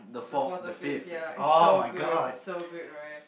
the fourth or fifth ya is so good so good right